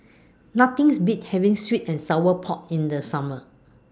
Nothing beat having Sweet and Sour Pork in The Summer